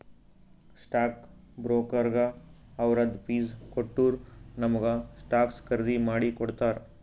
stock ಬ್ರೋಕರ್ಗ ಅವ್ರದ್ fees ಕೊಟ್ಟೂರ್ ನಮುಗ ಸ್ಟಾಕ್ಸ್ ಖರ್ದಿ ಮಾಡಿ ಕೊಡ್ತಾರ್